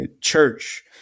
church